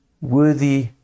worthy